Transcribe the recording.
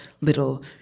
little